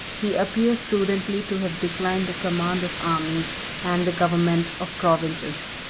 he appears prudently to have declined the command of armies and the government of provinces.